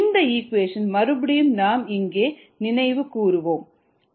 இந்த இக்வேஷனை மறுபடியும் நாம் இங்கே நினைவுகூர்வோம்